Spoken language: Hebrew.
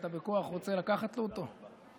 אתה בכוח רוצה לקחת לו אותו?